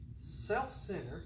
self-centered